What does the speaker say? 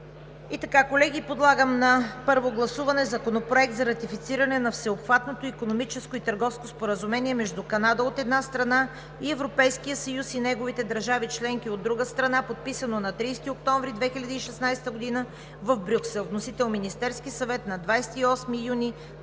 прието. Колеги, подлагам на първо гласуване Законопроекта за ратифициране на Всеобхватното икономическо и търговско споразумение между Канада, от една страна, и Европейския съюз и неговите държави – членки, от друга страна, подписано на 30 октомври 2016 г. в Брюксел. Вносител е Министерският съвет на 28 юни